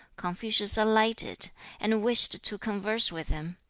confucius alighted and wished to converse with him,